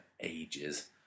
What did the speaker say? ages